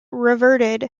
reverted